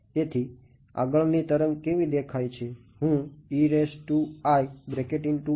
તેથી આગળની તરંગ કેવી દેખાય છે